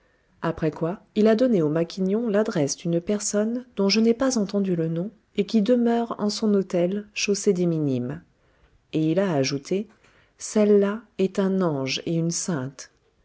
après quoi il a donné au maquignon l'adresse d'une personne dont je n'ai pas entendu le nom et qui demeure en son hôtel chaussée des minimes et il a ajouté celle-là est un ange et une sainte